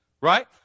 Right